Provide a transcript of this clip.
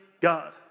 God